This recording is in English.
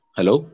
Hello